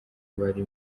bari